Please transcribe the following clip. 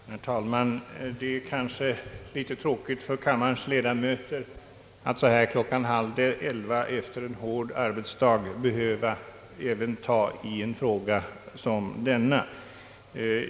Herr talman! Det är kanske litet tråkigt för kammarens ledamöter att klockan halv elva efter en hård arbetsdag även behöva ta itu med en fråga som denna.